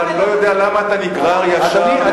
אני לא יודע למה אתה נגרר ישר להשפלות.